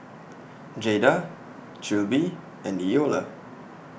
Jayda Trilby and Eola